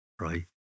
right